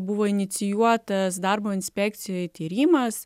buvo inicijuotas darbo inspekcijoj tyrimas